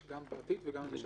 יש גם פרטית וגם ממשלתית.